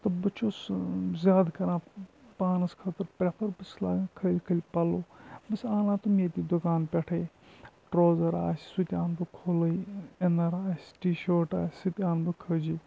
تہٕ بہٕ چھُس زیادٕ کَران پانَس خٲطرٕ پرٛٮ۪فَر بہٕ چھُس لاگان کھٔلۍ کھٔلۍ پَلو بہٕ چھُس آنان تِم ییٚتی دُکان پٮ۪ٹھَے ٹرٛوزَر آسہِ سُہ تہِ اَنہٕ بہٕ کھوٚلُے اِنَر آسہِ ٹی شٲٹ آسہِ سُہ تہِ اَنہٕ بہٕ کھٔجی